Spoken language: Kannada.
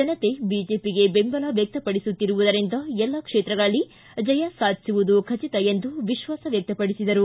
ಜನತೆ ಬಿಜೆಪಿಗೆ ಬೆಂಬಲ ವ್ವಕ್ತಪಡಿಸುತ್ತಿರುವದರಿಂದ ಎಲ್ಲ ಕ್ಷೇತ್ರಗಳಲ್ಲಿ ಜಯ ಸಾಧಿಸುವುದು ಖಚಿತ ಎಂದು ವಿಶ್ವಾಸ ವ್ಯಕ್ತಪಡಿಸಿದರು